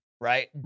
right